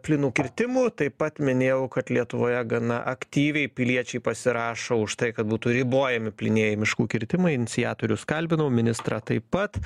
plynų kirtimų taip pat minėjau kad lietuvoje gana aktyviai piliečiai pasirašo už tai kad būtų ribojami plynieji miškų kirtimai iniciatorius kalbinau ministrą taip pat